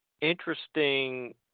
interesting